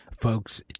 folks